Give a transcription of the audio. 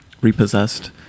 repossessed